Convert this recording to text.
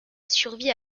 survie